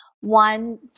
One